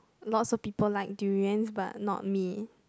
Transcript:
lots of people like durians but not me